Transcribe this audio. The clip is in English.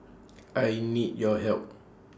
I need your help